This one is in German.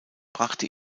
brachte